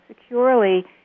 securely